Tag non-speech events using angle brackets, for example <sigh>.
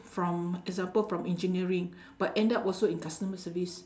from example from engineering <breath> but end up also in customer service